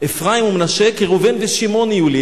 "אפרים ומנשה כראובן ושמעון יהיו לי".